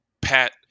Pat